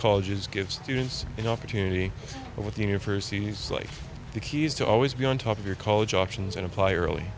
colleges give students an opportunity with universities like the keys to always be on top of your college options and apply early